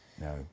no